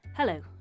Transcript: Hello